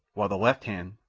while the left hand,